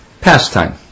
pastime